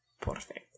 Perfect